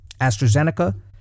AstraZeneca